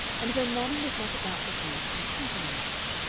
and when manning was not about the thing seemed simple enough.